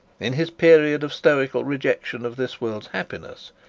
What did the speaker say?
in his period of stoical rejection of this world's happiness,